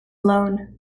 loan